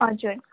हजुर